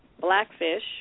blackfish